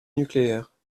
nucléaire